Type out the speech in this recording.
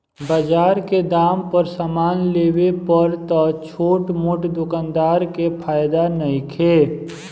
बजार के दाम पर समान लेवे पर त छोट मोट दोकानदार के फायदा नइखे